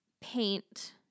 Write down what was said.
paint